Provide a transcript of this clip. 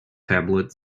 tablet